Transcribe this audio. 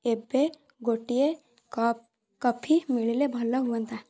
ଏବେ ଗୋଟିଏ cup coffee ମିଳିଲେ ଭଲ ହୁଅନ୍ତା